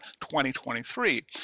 2023